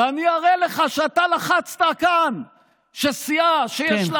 ואני אראה לך שאתה לחצת כאן שסיעה שיש לה